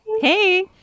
Hey